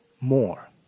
more